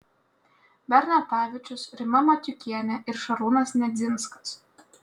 bernatavičius rima matiukienė ir šarūnas nedzinskas